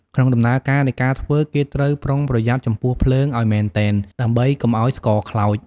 ក្នុងដំណើរការនៃការធ្វើ គេត្រូវប្រុងប្រយ័ត្នចំពោះភ្លើងឱ្យមែនទែន ដើម្បីកុំឱ្យស្ករខ្លោច។